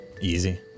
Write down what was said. Easy